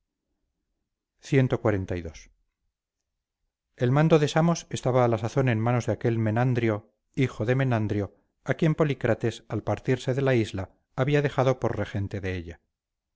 cxlii el mando de samos estaba a la sazón en manos de aquel menandrio hijo de menandrio a quien polícrates al partirse de la isla había dejado por regente de ella